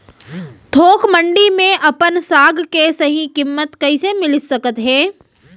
थोक मंडी में अपन साग के सही किम्मत कइसे मिलिस सकत हे?